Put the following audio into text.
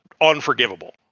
unforgivable